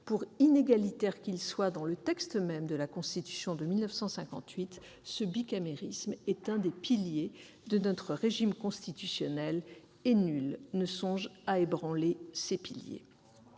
Pour inégalitaire qu'il soit dans le texte même de la Constitution de 1958, le bicamérisme constitue l'un des piliers de notre régime constitutionnel, et nul ne songe à ébranler ces piliers.